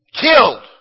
Killed